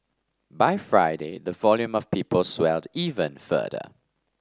by Friday the volume of people swelled even further